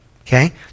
Okay